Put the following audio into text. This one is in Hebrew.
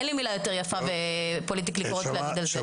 אין לי מילה יותר יפה בפוליטיקלי-קורקט להגיד את זה.